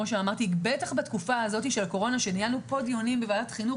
בטח בתקופה הזו של הקורונה כשניהלנו פה דיונים בוועדת החינוך